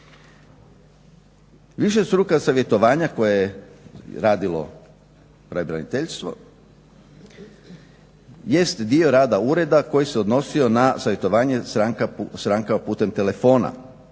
Višestruka savjetovanja koje je radilo pravobraniteljstvo jest dio rada ureda koji se odnosio na savjetovanje strankama putem telefona.